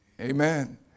Amen